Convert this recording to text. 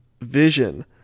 vision